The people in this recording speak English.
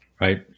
right